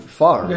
far